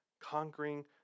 Conquering